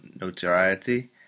notoriety